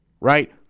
Right